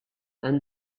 and